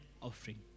Offering